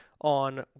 on